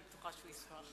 אני בטוחה שהוא ישמח.